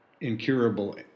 incurable